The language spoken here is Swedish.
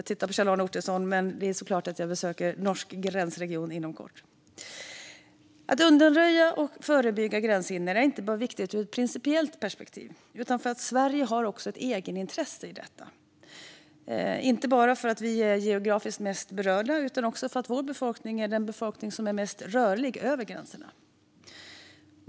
Jag tittar på Kjell-Arne Ottosson: Jag kommer självklart att besöka gränsregionen mot Norge inom kort. Att undanröja och förebygga gränshinder är inte bara viktigt ur ett principiellt perspektiv, utan Sverige har också ett egenintresse i detta. Det gäller inte bara för att vi är geografiskt mest berörda, utan också för att vår befolkning är den befolkning som är mest rörliga över gränserna.